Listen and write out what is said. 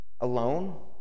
Alone